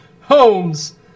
Holmes